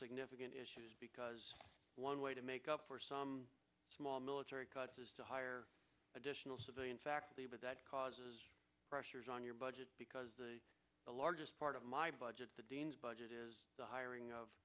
significant issues because one way to make up for some small military cuts to hire additional civilian fact that causes pressures on your budget because the largest part of my budget the budget is the hiring of